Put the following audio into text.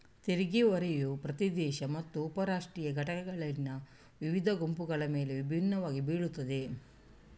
ತೆರಿಗೆ ಹೊರೆಯು ಪ್ರತಿ ದೇಶ ಮತ್ತು ಉಪ ರಾಷ್ಟ್ರೀಯ ಘಟಕಗಳಲ್ಲಿನ ವಿವಿಧ ಗುಂಪುಗಳ ಮೇಲೆ ವಿಭಿನ್ನವಾಗಿ ಬೀಳುತ್ತದೆ